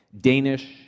Danish